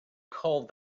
called